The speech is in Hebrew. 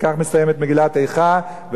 בכך מסתיימת מגילה איכה,